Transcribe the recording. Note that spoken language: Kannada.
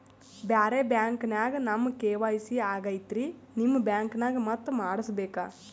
ಬ್ಯಾರೆ ಬ್ಯಾಂಕ ನ್ಯಾಗ ನಮ್ ಕೆ.ವೈ.ಸಿ ಆಗೈತ್ರಿ ನಿಮ್ ಬ್ಯಾಂಕನಾಗ ಮತ್ತ ಮಾಡಸ್ ಬೇಕ?